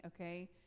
okay